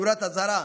נורת אזהרה,